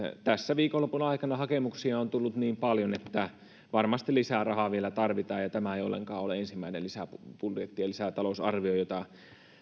tässä viikonlopun aikana hakemuksia on tullut niin paljon että varmasti lisää rahaa vielä tarvitaan ja tämä ei ollenkaan ole ensimmäinen lisäbudjetti ja lisätalousarvio jota